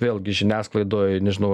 vėlgi žiniasklaidoj nežinau